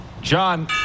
John